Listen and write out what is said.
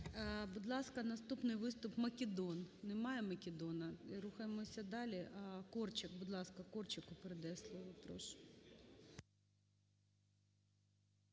Будь ласка, наступний виступ, Македон. Немає Македона? Ми рухаємося далі. Корчик, будь ласка, Корчику передає слово. Прошу.